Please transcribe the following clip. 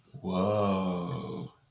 Whoa